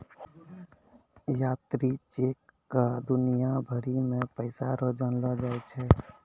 यात्री चेक क दुनिया भरी मे पैसा रो जानलो जाय छै